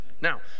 now